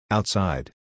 Outside